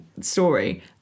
story